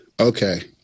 Okay